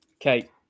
Okay